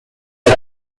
لها